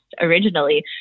originally